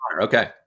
Okay